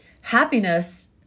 happiness